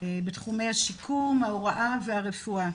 בתחומי השיקום, ההוראה והרפואה.